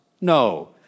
no